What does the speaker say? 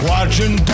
Watching